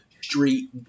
street